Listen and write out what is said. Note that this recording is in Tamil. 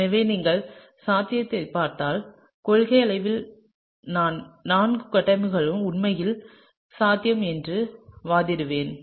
எனவே நீங்கள் சாத்தியத்தைப் பார்த்தால் கொள்கையளவில் நான் நான்கு கட்டமைப்புகளும் உண்மையில் சாத்தியம் என்று வாதிடுவேன்